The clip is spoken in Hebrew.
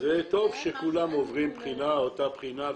זה טוב שכולם עוברים אותה בחינה,